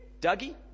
Dougie